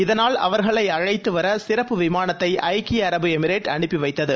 இதனால் அவர்களை அழைத்துவர சிறப்பு விமானத்தை ஐக்கிய அரபு எமிரேட் அனுப்பி வைத்தது